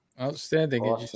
outstanding